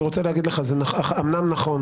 אני רוצה להגיד לך שאמנם זה נכון,